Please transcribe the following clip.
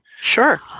sure